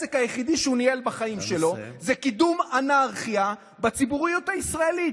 העסק היחידי שהוא ניהל בחיים שלו זה קידום אנרכיה בציבוריות הישראלית.